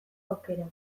aukera